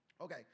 Okay